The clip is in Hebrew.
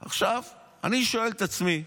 עכשיו, אני שואל את עצמי: